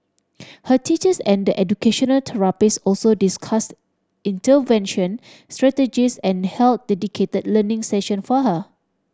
her teachers and the educational therapists also discussed intervention strategies and held dedicated learning session for her